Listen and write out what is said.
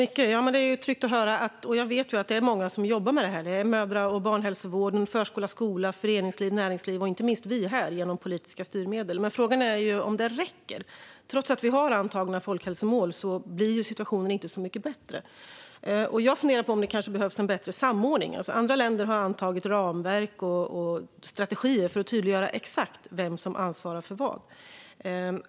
Herr talman! Det är tryggt att höra det. Jag vet att det är många som jobbar med det här. Det är mödra och barnhälsovården, förskola och skola, föreningsliv, näringsliv och inte minst vi här genom politiska styrmedel. Men frågan är om det räcker. Trots att vi har antagna folkhälsomål blir situationen inte så mycket bättre. Jag funderar på om det kanske behövs en bättre samordning. Andra länder har antagit ramverk och strategier för att tydliggöra exakt vem som ansvarar för vad.